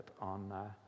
on